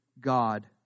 God